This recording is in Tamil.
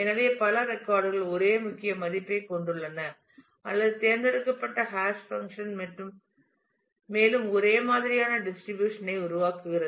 எனவே பல ரெக்கார்ட் கள் ஒரே முக்கிய மதிப்பைக் கொண்டுள்ளன அல்லது தேர்ந்தெடுக்கப்பட்ட ஹாஷ் பங்க்ஷன் மேலும் ஒரே மாதிரியான டிஸ்ட்ரிபியூஷன் ஐ உருவாக்குகிறது